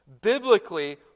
Biblically